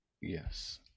Yes